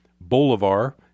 Bolivar